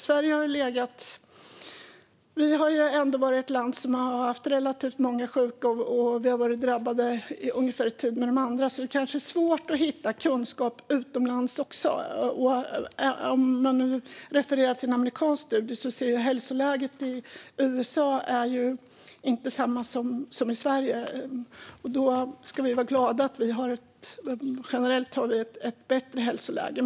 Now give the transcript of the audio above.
Sverige har haft relativt många sjuka samtidigt som andra länder, och därför är det kanske svårt att hitta kunskap utomlands. Hälsoläget i exempelvis USA är ju inte detsamma som i Sverige. Generellt har vi ett bättre hälsoläge, och det ska vi vara glada över.